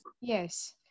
Yes